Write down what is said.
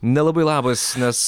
nelabai labas nes